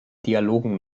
dialogen